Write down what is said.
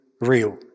real